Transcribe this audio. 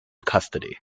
custody